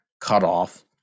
cutoff